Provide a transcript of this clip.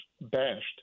bashed